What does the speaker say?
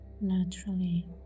naturally